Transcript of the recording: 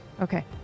okay